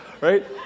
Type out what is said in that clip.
right